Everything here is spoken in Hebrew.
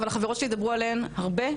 אבל החברות שלי ידברו עליו הרבה,